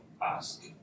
ask